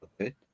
Okay